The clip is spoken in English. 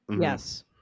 Yes